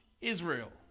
Israel